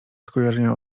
skojarzenia